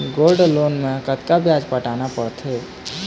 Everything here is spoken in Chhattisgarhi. गोल्ड लोन मे कतका ब्याज पटाना पड़थे?